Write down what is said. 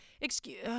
excuse